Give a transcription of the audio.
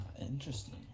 Interesting